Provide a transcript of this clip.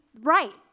right